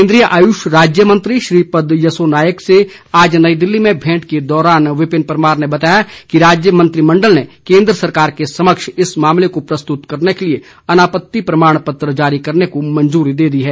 केंद्रीय आयुष राज्यमंत्री श्रीपद यसो नायक से आज नई दिल्ली में भेंट के दौरान विपिन परमार ने बताया कि राज्य मंत्रिमंडल ने केंद्र सरकार के समक्ष इस मामले को प्रस्तुत करने के लिए अनापत्ति प्रमाण पत्र जारी करने को मंजूरी दे दी है